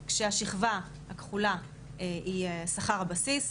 כשהשכבה הכחולה היא שכר הבסיס.